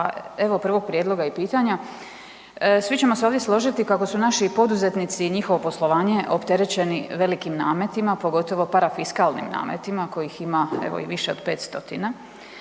evo prvog prijedloga i pitanja, svi ćemo se ovdje složiti kako su naši poduzetnici i njihovo poslovanje opterećeni velikim nametima, pogotovo parafiskalnim nametima kojih ima evo i